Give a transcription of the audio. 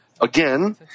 Again